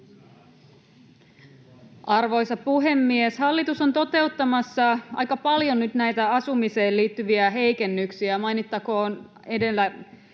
Arvoisa puhemies! Hallitus on toteuttamassa aika paljon nyt näitä asumiseen liittyviä heikennyksiä, mainittakoon edellä